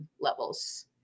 levels